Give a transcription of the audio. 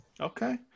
Okay